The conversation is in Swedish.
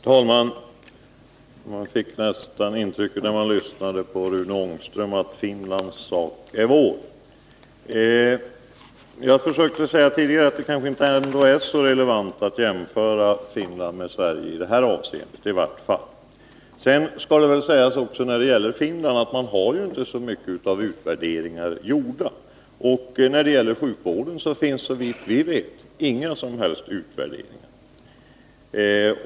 Herr talman! När man lyssnade på Rune Ångström fick man nästan intrycket att Finlands sak är vår. Jag försökte tidigare säga att det kanske ändå inte är så relevant att jämföra Finland med Sverige i det här avseendet. Det skall också sägas att man där inte har gjort så värst mycket av utvärderingar. När det gäller sjukvården finns, såvitt vi vet, inga som helst sådana.